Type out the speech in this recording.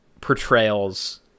Portrayals